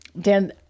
Dan